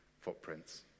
footprints